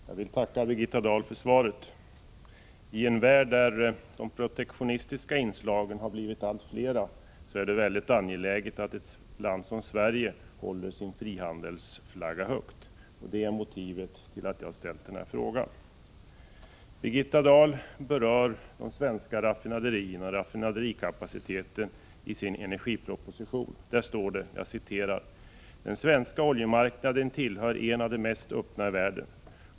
Herr talman! Jag vill tacka Birgitta Dahl för svaret. I en värld där de protektionistiska inslagen har blivit allt fler är det väldigt angeläget att ett land som Sverige håller sin frihandelsflagga högt. Det är motivet till att jag ställt frågan. Birgitta Dahl berör de svenska raffinaderierna och raffinaderikapaciteten i sin energiproposition. Där står det: ”Den svenska oljemarknaden tillhör en av de mest öppna i världen.